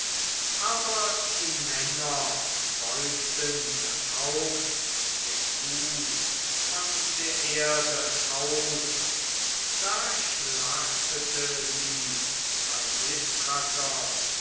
aber die männer beugten das haupt der kuh von der erde auf da schlachtete sie